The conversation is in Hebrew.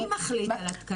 מי מחליט על התקנים?